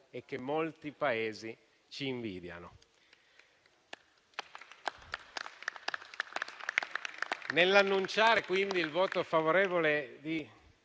e che molti Paesi ci invidiano.